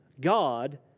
God